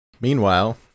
meanwhile